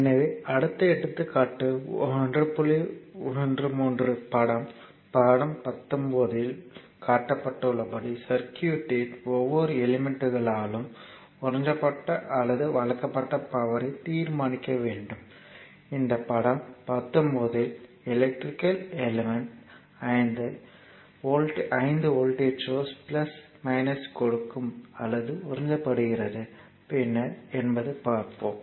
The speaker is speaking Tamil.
எனவே அடுத்த எடுத்துக்காட்டு 13 படம் 19 இல் காட்டப்பட்டுள்ளபடி சர்க்யூட்களின் ஒவ்வொரு எலிமெண்ட்களாலும் உறிஞ்சப்பட்ட அல்லது வழங்கப்பட்ட பவர்யை தீர்மானிக்க வேண்டும் இந்த படம் 19 இல் ஒரு எலக்ட்ரிகல் எலிமெண்ட் 5 வோல்ட்டேஜ் கொடுக்கும் அல்லது உறிஞ்சப்படுகிறது பின்னர் என்பது பார்ப்போம்